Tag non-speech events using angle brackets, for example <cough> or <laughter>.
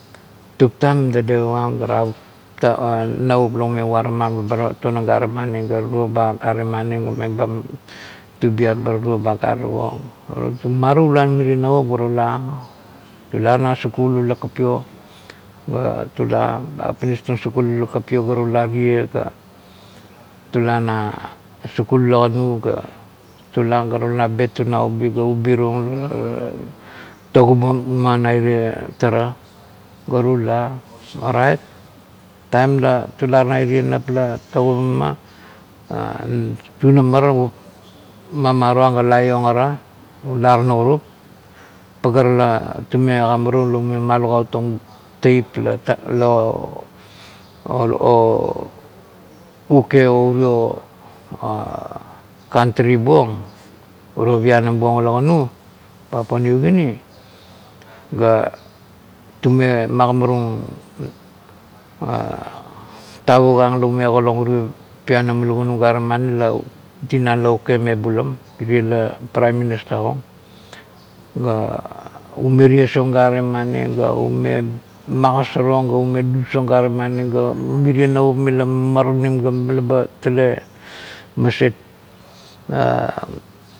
Tutap dedevup am ga tavukga navup la um vamaram ba tonang gare mani ga ba turuo ba gare mani meba tubiap ma turuo ba gare tako, matualan marie naoup ga tule, tula na sikain ula kapio ga tula apinis tung ula kapio ga tula tie ga tula na sikul ula kanu ga tula ga tula bet tung na ubi ga ubi tung <hesitation> to gigameng na irie tara ga tula, orait taim la tula na irie nap la togigameng, tunama ra, mama tuang la taiong ara, ular naurup malukaut ong taip <hesitation> uki o uro kantri buang uro pianaun buang ula kanu, papua new guinea, ga tume magamarung <hesitation> tavuk ang la ume galaong urio pianan ula kanu gare mani la tinan la uke me bulam, irie la prime minister-ong ga ume ties-ong gare mani ga ume inagesarong ga merie nevup mila mamaranim ga labe maset. <hesitation>